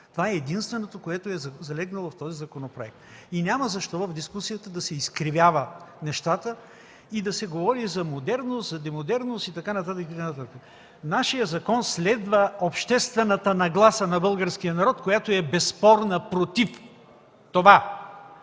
Това е единственото, което е залегнало в този законопроект, и няма защо дискусията да се изкривява, да се говори за модерност, за демодерност и така нататък. Нашият закон следва обществената нагласа на българския народ, която е безспорна – тя е против това,